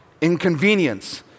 inconvenience